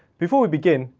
before we begin,